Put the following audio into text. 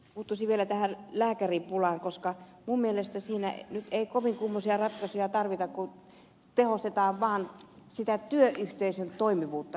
puuttuisin vielä lääkäripulaan koska minun mielestäni siinä ei kovin kummosia ratkaisuja tarvita kun tehostetaan vaan työyhteisön toimivuutta